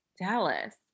Dallas